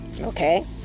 okay